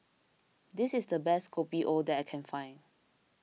this is the best Kopi O that I can find